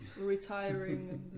retiring